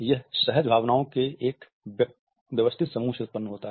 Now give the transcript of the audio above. यह सहज भावनाओं के एक व्यवस्थित समूह से उत्पन्न होता है